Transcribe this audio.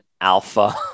Alpha